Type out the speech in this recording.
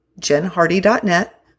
JenHardy.net